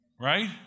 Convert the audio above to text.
right